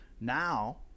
Now